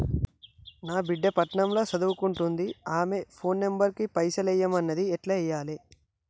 నా బిడ్డే పట్నం ల సదువుకుంటుంది ఆమె ఫోన్ నంబర్ కి పైసల్ ఎయ్యమన్నది ఎట్ల ఎయ్యాలి?